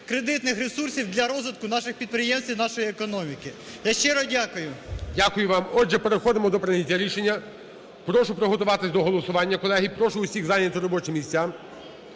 кредитних ресурсів для розвитку наших підприємств і нашої економіки. Я щиро дякую. ГОЛОВУЮЧИЙ. Дякую вам. Отже, переходимо до прийняття рішення. Прошу приготуватись до голосування, колеги, прошу усіх зайняти робочі місця.